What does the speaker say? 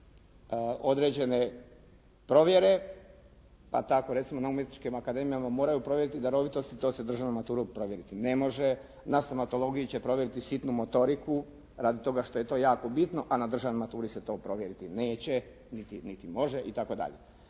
određene provjere, pa tako recimo na umjetničkim akademijama moraju provjeriti darovitost i to se državnom maturom provjeriti ne može. Na stomatologiji će provjeriti sitnu motoriku radi toga što je to jako bitno, a na državnoj maturi se to provjeriti neće niti može i